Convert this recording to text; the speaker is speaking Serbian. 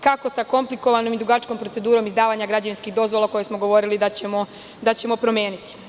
Kako sa komplikovanom i dugačkom procedurom izdavanja građevinskih dozvola, koje smo govorili da ćemo promeniti?